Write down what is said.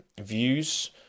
views